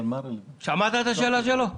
שמעת את השאלה שלו?